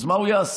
אז מה הוא יעשה?